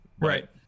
right